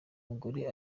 mugore